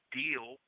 deal